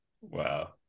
Wow